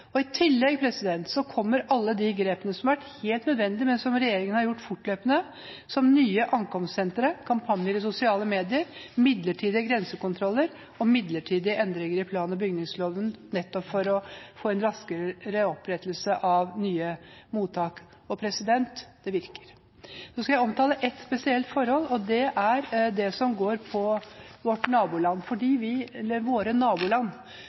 I tillegg kommer alle de grepene som har vært helt nødvendige, og som regjeringen har gjort fortløpende, som nye ankomstsentre, kampanjer i sosiale medier, midlertidige grensekontroller og midlertidige endringer i plan- og bygningsloven nettopp for å få en raskere opprettelse av nye mottak. Og – det virker. Nå skal jeg omtale ett spesielt forhold, og det er det som går på våre naboland, fordi vi